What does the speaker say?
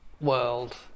world